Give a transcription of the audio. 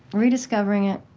rediscovering it,